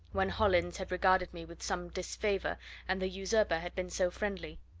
when hollins had regarded me with some disfavour and the usurper had been so friendly.